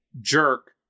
jerk